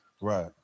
Right